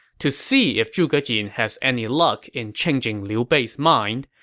to see if zhuge jin has any luck in changing liu bei's mind,